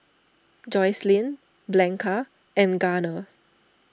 Joycelyn Blanca and Garner